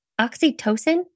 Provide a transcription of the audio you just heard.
oxytocin